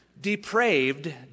Depraved